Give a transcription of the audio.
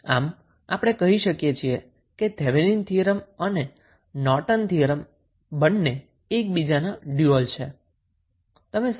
આમ આપણે કહી શકીએ છીએ કે થેવેનીન થીયરમ અને નોર્ટન થીયરમ બંને એકબીજાના ડ્યુઅલ છે